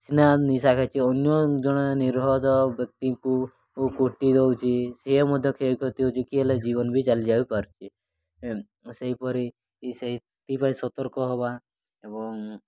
ସେ ସିନା ନିଶା ଖାଇଛି ଅନ୍ୟ ଜଣେ ନିର୍ବୋଧ ବ୍ୟକ୍ତିଙ୍କୁ କୁଟି ଦେଉଛି ସେ ମଧ୍ୟ କ୍ଷୟକ୍ଷତି ହେଉଛି କିଏ ହେଲେ ଜୀବନ ବି ଚାଲିଯାଇପାରୁଛି ସେହିପରି ସେଥିପାଇଁ ସତର୍କ ହେବା ଏବଂ